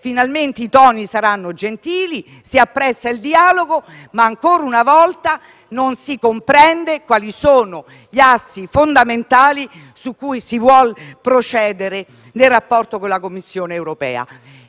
Finalmente i toni sono stati gentili e si apprezza il dialogo, ma ancora una volta non si comprende quali sono gli assi fondamentali su cui si vuole procedere nel rapporto con la Commissione europea.